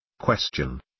Question